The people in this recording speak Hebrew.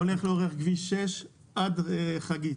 הולך לאורך כביש 6 עד חגית.